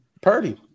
Purdy